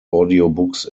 audiobooks